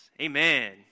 Amen